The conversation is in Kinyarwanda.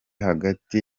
hagati